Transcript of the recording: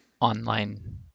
online